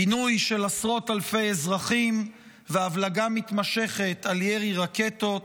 פינוי של עשרות אלפי אזרחים והבלגה מתמשכת על ירי רקטות